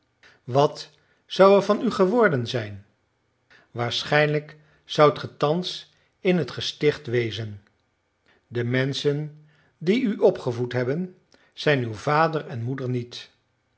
wat zou er van u geworden zijn waarschijnlijk zoudt ge thans in het gesticht wezen de menschen die u opgevoed hebben zijn uw vader en moeder niet